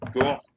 Cool